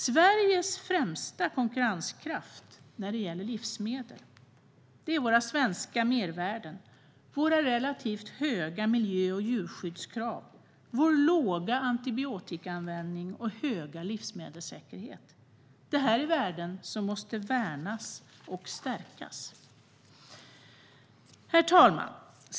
Sveriges främsta konkurrenskraft när det gäller livsmedel är våra svenska mervärden, våra relativt höga miljö och djurskyddskrav, vår låga antibiotikaanvändning och vår höga livsmedelssäkerhet. Det här är värden som måste värnas och stärkas. Herr talman!